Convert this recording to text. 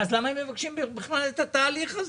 למה הם מבקשים בכלל את התהליך הזה?